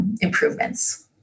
improvements